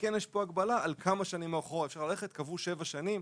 כן יש פה הגבלה על כמה שנים אחורה אפשר ללכת; קבעו שבע שנים.